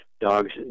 dogs